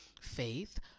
faith